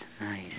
nice